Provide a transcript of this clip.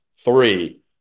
three